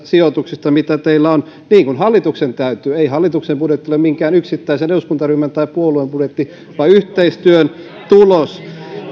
sijoituksista mitä teillä on niin kuin hallituksen täytyy ei hallituksen budjetti ole minkään yksittäisen eduskuntaryhmän tai puolueen budjetti vaan yhteistyön tulos